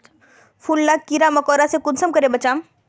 फूल लाक कीड़ा मकोड़ा से कुंसम करे बचाम?